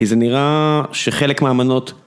‫כי זה נראה שחלק מאמנות...